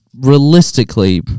realistically